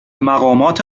مقامات